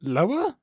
Lower